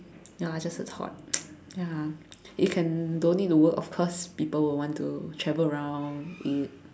ya just a thought ya you can don't need to work of course people will want to travel around eat